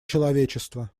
человечества